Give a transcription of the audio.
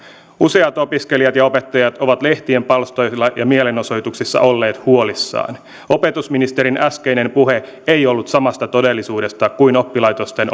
useat opiskelijat ja opettajat ovat lehtien palstoilla ja mielenosoituksissa olleet huolissaan opetusministerin äskeinen puhe ei ollut samasta todellisuudesta kuin oppilaitosten